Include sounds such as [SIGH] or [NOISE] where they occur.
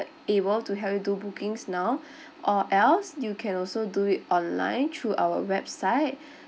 able to help you do bookings now [BREATH] or else you can also do it online through our website